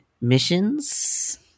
missions